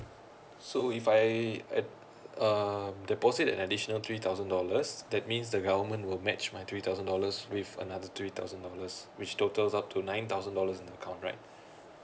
so if I I um deposit an additional three thousand dollars that means the government will match my three thousand dollars with another three thousand dollars which totals up to nine thousand dollars in account right